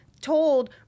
told